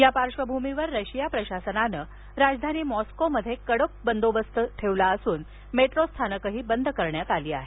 या पार्श्वभूमीवर रशिया प्रशासनानं राजधानी मॉस्कोमध्ये कडक बंदोबस्त ठेवला असून मेट्रो स्थानकं बंद करण्यात आली आहेत